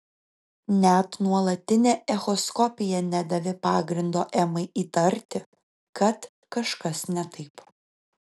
net nuolatinė echoskopija nedavė pagrindo emai įtarti kad kažkas ne taip